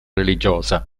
religiosa